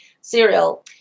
cereal